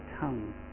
tongue